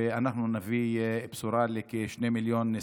ונביא בשורה לכשני מיליון שכירים.